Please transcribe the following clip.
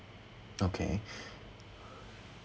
okay